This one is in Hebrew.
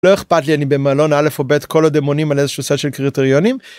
לא אכפת לי אני במלון א' או ב' כל עוד הם עונים על איזה שהו סט של קריטריונים.